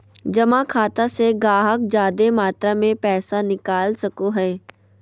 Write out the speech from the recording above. जमा खाता से गाहक जादे मात्रा मे पैसा निकाल सको हय